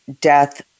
death